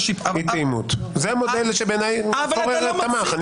זה המודל שפורר תמך בו.